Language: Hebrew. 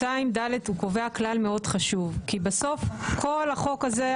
2(ד) הוא קובע כלל מאוד חשוב כי בסוף כל החוק הזה,